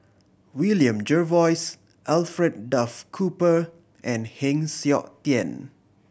William Jervois Alfred Duff Cooper and Heng Siok Tian